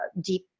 deep